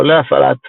כולל הפעלת